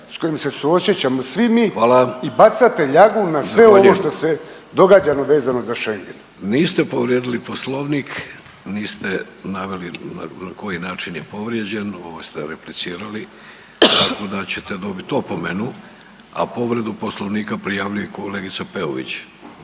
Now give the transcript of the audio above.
što se događa vezano za Schengen. **Vidović, Davorko (Socijaldemokrati)** Niste povrijedili poslovnik, niste naveli na koji način je povrijeđen, ovo ste replicirali, tako da ćete dobit opomenu, a povredu poslovnika prijavljuje kolegica Peović.